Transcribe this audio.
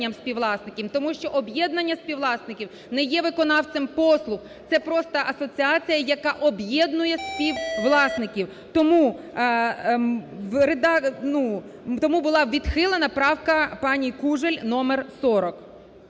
тому що об'єднання співвласників не є виконавцем послуг, це просто асоціація, яка об'єднує співвласників. Тому була відхилена правка пані Кужель номер 40.